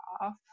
off